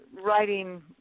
writing